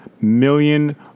million